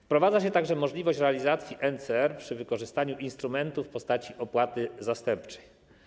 Wprowadza się także możliwość realizacji NCR przy wykorzystaniu instrumentów w postaci opłaty zastępczej.